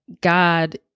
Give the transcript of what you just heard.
God